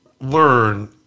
learn